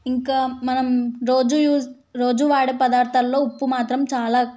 ఇంకా మనం రోజు యూజ్ రోజు వాడే పదార్థాలలో ఉప్పు మాత్రం చాలా